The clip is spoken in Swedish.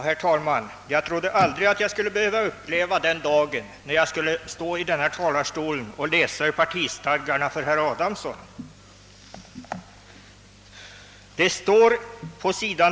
Herr talman! Jag trodde aldrig att jag skulle behöva uppleva den dag när jag skulle stå i denna talarstol och läsa ur de socialdemokratiska partistadgarna för herr Adamsson, Det står på sid.